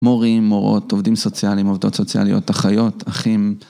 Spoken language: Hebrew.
מורים, מורות, עובדים סוציאליים, עובדות סוציאליות, אחיות, אחים.